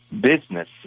business